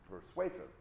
persuasive